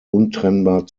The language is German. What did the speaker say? untrennbar